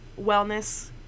wellness